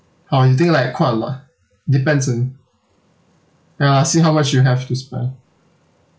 or you think like quite a lot depends on ya see how much you have to spend